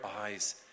eyes